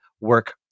work